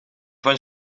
van